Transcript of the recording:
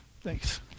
thanks